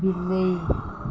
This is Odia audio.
ବିଲେଇ